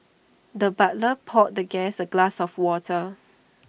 the butler poured the guest A glass of water